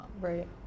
Right